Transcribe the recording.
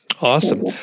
awesome